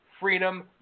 Freedom